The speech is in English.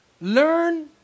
Learn